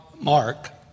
Mark